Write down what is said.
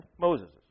Moses